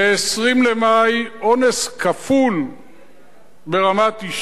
ב-20 במאי, אונס כפול ברמת-ישי,